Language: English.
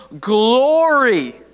glory